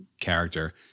character